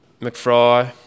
McFry